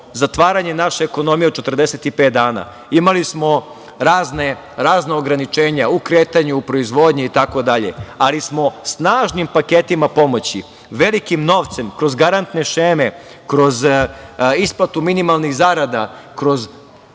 zatvaranje naše ekonomije od 45 dana, imali smo razna ograničenja u kretanju, u proizvodnji itd, ali smo snažnim paketima pomoći, velikim novcem, kroz garantne šeme, kroz isplatu minimalnih zarada, kroz